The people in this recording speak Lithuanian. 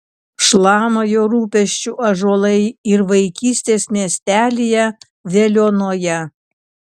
šlama jo rūpesčiu ąžuolai ir vaikystės miestelyje veliuonoje